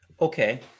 Okay